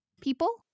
people